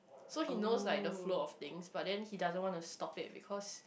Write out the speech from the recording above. so he knows like the flow of things but then he doesn't want to stop it because